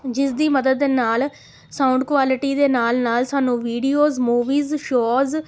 ਜਿਸ ਦੀ ਮਦਦ ਦੇ ਨਾਲ ਸਾਊਂਡ ਕੁਆਲਿਟੀ ਦੇ ਨਾਲ ਨਾਲ ਸਾਨੂੰ ਵੀਡੀਓਜ਼ ਮੂਵੀਜ ਸ਼ੋਜ